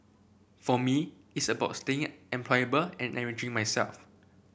for me it's about staying employable and enriching myself